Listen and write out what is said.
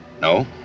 No